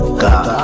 god